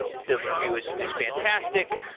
the review is is fantastic,